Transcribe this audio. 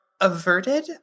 averted